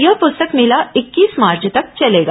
यह प्रस्तक मेला इक्कीस मार्च तक चलेगा